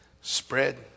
spread